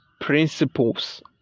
principles